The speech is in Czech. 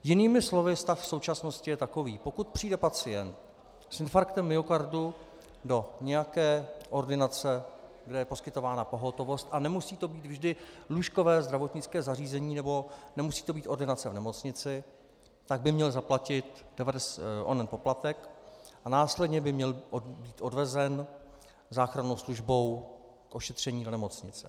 Jinými slovy, stav v současnosti je takový pokud přijde pacient s infarktem myokardu do nějaké ordinace, kde je poskytována pohotovost, a nemusí to být vždy lůžkové zdravotnické zařízení nebo nemusí to být ordinace v nemocnici, tak by měl zaplatit onen poplatek a následně by měl být odvezen záchrannou službou k ošetření do nemocnice.